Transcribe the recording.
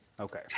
Okay